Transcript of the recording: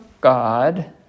God